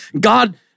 God